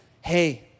hey